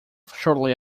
shortly